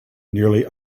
nearly